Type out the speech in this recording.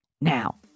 Now